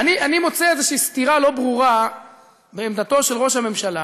אני מוצא איזושהי סתירה לא ברורה בעמדתו של ראש הממשלה,